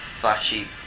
flashy